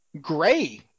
gray